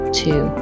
two